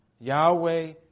Yahweh